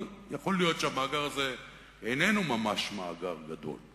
אבל יכול להיות שהמאגר הזה איננו ממש מאגר גדול.